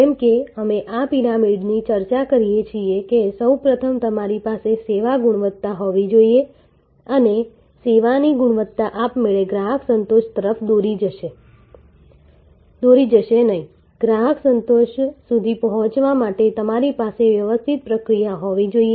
જેમ કે અમે આ પિરામિડની ચર્ચા કરીએ છીએ કે સૌ પ્રથમ તમારી પાસે સેવાની ગુણવત્તા હોવી જોઈએ અને સેવાની ગુણવત્તા આપમેળે ગ્રાહક સંતોષ તરફ દોરી જશે નહીં ગ્રાહક સંતોષ સુધી પહોંચવા માટે તમારી પાસે વ્યવસ્થિત પ્રક્રીયા હોવી જોઈએ